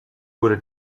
wurde